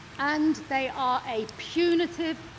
and they are a punitive,